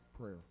prayer